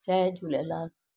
Jay Jhulelal